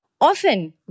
often